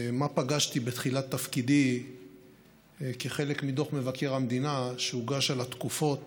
מה פגשתי בתחילת תפקידי כחלק מדוח מבקר המדינה שהוגש על התקופות